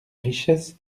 richesse